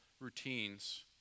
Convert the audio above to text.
routines